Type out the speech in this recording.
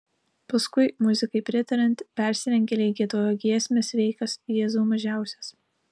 paskui muzikai pritariant persirengėliai giedojo giesmę sveikas jėzau mažiausias